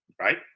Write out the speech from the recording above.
right